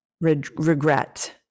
regret